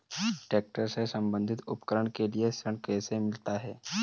Tractor से संबंधित उपकरण के लिए ऋण कैसे मिलता है?